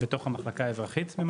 במחלקה האזרחית.